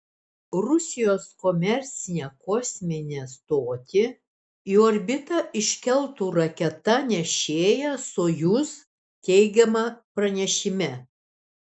rusijos komercinę kosminę stotį į orbitą iškeltų raketa nešėja sojuz teigiama pranešime